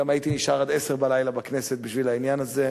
אני גם הייתי נשאר עד 22:00 בכנסת בשביל העניין הזה.